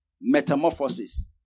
Metamorphosis